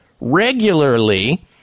regularly